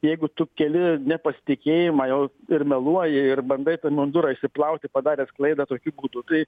jeigu tu keli nepasitikėjimą jau ir meluoji ir bandai mundūrą išsiplauti padaręs klaidą tokiu būtų tai